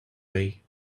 way